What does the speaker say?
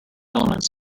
elements